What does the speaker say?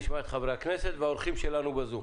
את חברי הכנסת ואת האורחים שלנו בזום.